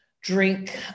drink